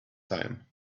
time